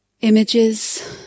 Images